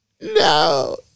No